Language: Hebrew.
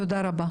תודה רבה.